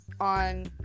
on